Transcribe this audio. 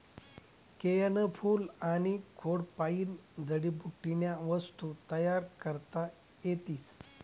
केयनं फूल आनी खोडपायीन जडीबुटीन्या वस्तू तयार करता येतीस